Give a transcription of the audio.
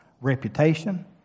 Reputation